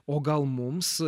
o gal mums